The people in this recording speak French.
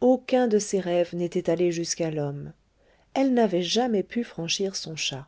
aucun de ses rêves n'était allé jusqu'à l'homme elle n'avait jamais pu franchir son chat